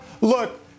look